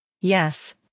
yes